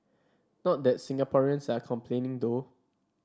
not that Singaporeans are complaining though